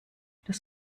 das